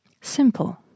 Simple